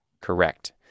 Correct